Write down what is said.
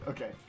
Okay